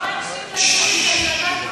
אדוני היושב-ראש,